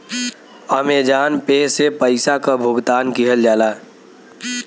Amazon pay से पइसा क भुगतान किहल जाला